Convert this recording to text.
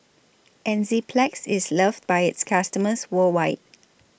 Enzyplex IS loved By its customers worldwide